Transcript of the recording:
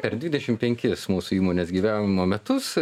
per dvidešim penkis mūsų įmonės gyvavimo metus